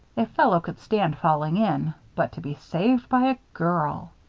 a fellow could stand falling in. but to be saved by a girl!